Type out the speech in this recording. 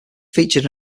featured